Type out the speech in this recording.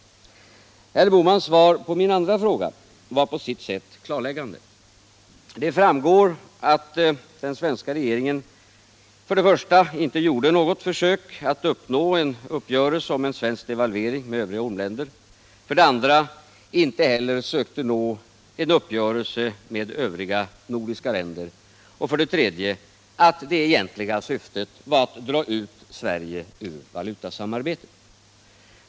Herr Bohmans svar på min andra fråga var på sitt sätt klarläggande. Det framgår för det första att den svenska regeringen inte gjorde något försök att nå en uppgörelse om en svensk devalvering med övriga ormländer och för det andra inte heller sökte nå en uppgörelse med övriga nordiska länder samt för det tredje att det egentliga syftet var att dra ut Sverige ur valutasamarbetet.